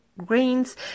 grains